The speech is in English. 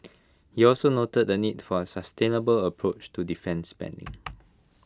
he also noted the need for A sustainable approach to defence spending